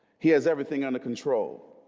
he has everything under control